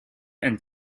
and